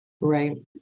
Right